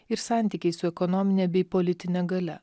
ir santykiai su ekonomine bei politine galia